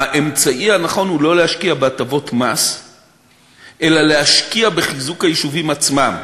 האמצעי הנכון הוא לא להשקיע בהטבות מס אלא להשקיע בחיזוק היישובים עצמם,